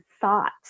thought